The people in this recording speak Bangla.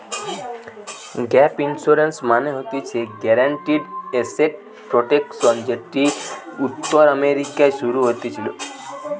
গ্যাপ ইন্সুরেন্স মানে হতিছে গ্যারান্টিড এসেট প্রটেকশন যেটি উত্তর আমেরিকায় শুরু হতেছিলো